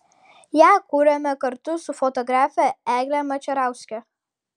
ją kūrėme kartu su fotografe egle mačerauske